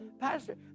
Pastor